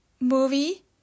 movie